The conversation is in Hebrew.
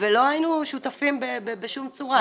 ולא היינו שותפים בשום צורה.